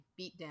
beatdown